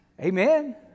Amen